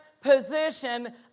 position